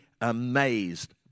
amazed